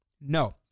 No